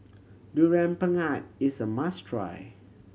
Durian Pengat is a must try